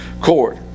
court